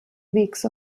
weeks